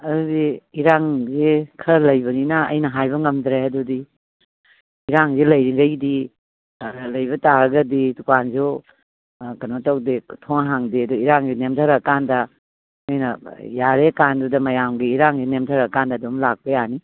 ꯑꯗꯨꯗꯤ ꯏꯔꯥꯡꯖꯦ ꯈꯔ ꯂꯩꯕꯅꯤꯅ ꯑꯩꯅ ꯍꯥꯏꯕ ꯉꯝꯗ꯭ꯔꯦ ꯑꯗꯨꯗꯤ ꯏꯔꯥꯡꯖꯦ ꯂꯩꯔꯤꯒꯩꯗꯤ ꯂꯩꯕ ꯇꯥꯔꯒꯗꯤ ꯗꯨꯀꯥꯟꯖꯨ ꯀꯩꯅꯣ ꯇꯧꯗꯦ ꯊꯣꯡ ꯍꯥꯡꯗꯦ ꯑꯗꯨ ꯏꯔꯥꯡꯖꯦ ꯅꯦꯝꯗꯔꯀꯥꯟꯗ ꯑꯩꯅ ꯌꯥꯔꯦꯀꯥꯟꯗꯨꯗ ꯃꯌꯥꯝꯒꯤ ꯏꯔꯥꯡꯖꯦ ꯅꯦꯝꯗꯔꯀꯥꯟꯗꯗꯨꯝ ꯂꯥꯛꯄ ꯌꯥꯅꯤ